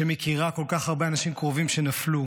שמכירה כל כך הרבה אנשים קרובים שנפלו,